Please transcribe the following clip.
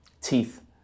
Teeth